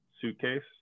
suitcase